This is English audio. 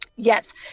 Yes